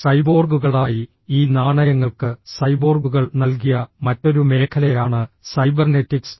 സൈബോർഗുകളായി ഈ നാണയങ്ങൾക്ക് സൈബോർഗുകൾ നൽകിയ മറ്റൊരു മേഖലയാണ് സൈബർനെറ്റിക്സ്